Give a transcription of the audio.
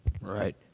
Right